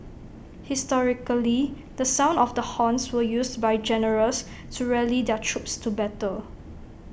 historically the sound of the horns were used by generals to rally their troops to battle